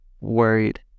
worried